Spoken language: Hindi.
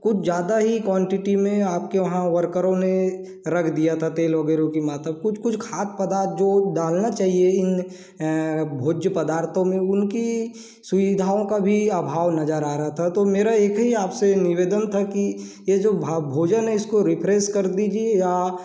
कुछ ज़्यादा ही क्वांटिटी में आपके वहाँ वर्करों ने रख दिया था तेल वगैरह की मात्रा कुछ कुछ खाद्य पदार्थ जो डालना चाहिए इन भोज्य पदार्थों में उनकी सुविधाओं का भी अभाव नजर आ रहा था तो मेरा एक ही आपसे निवेदन था कि ये जो भोजन है इसको रिफ्रेश कर दीजिए या